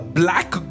black